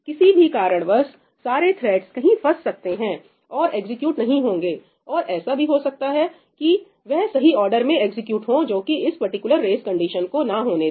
किसी भी कारणवश सारे थ्रेडस कहीं फंस सकते हैं और एग्जीक्यूट नहीं होंगे और ऐसा भी हो सकता है कि वह सही ऑर्डर में एग्जीक्यूट हो जो कि इस पर्टिकुलर रेस कंडीशन को ना होने दे